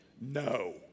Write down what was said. no